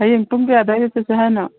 ꯍꯌꯦꯡ ꯄꯨꯡ ꯀꯌꯥ ꯑꯗꯥꯏꯗ ꯆꯠꯁꯤ ꯍꯥꯏꯅꯣ